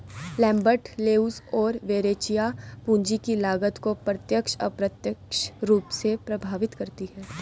Lambert, Leuz और Verrecchia, पूंजी की लागत को प्रत्यक्ष, अप्रत्यक्ष रूप से प्रभावित करती है